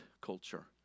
culture